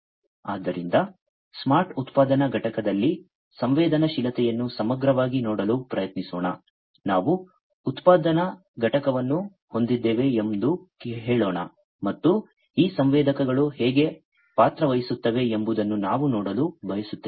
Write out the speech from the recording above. ಆದ್ದರಿಂದ ಸ್ಮಾರ್ಟ್ ಉತ್ಪಾದನಾ ಘಟಕದಲ್ಲಿ ಸಂವೇದನಾಶೀಲತೆಯನ್ನು ಸಮಗ್ರವಾಗಿ ನೋಡಲು ಪ್ರಯತ್ನಿಸೋಣ ನಾವು ಉತ್ಪಾದನಾ ಘಟಕವನ್ನು ಹೊಂದಿದ್ದೇವೆ ಎಂದು ಹೇಳೋಣ ಮತ್ತು ಈ ಸಂವೇದಕಗಳು ಹೇಗೆ ಪಾತ್ರವಹಿಸುತ್ತವೆ ಎಂಬುದನ್ನು ನಾವು ನೋಡಲು ಬಯಸುತ್ತೇವೆ